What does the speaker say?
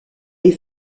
est